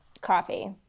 Coffee